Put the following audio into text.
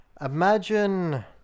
Imagine